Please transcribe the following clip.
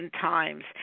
times